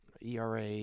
ERA